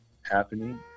happening